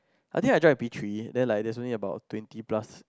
I think I join on P three then like there only about twenty plus